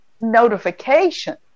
notification